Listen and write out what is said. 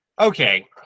okay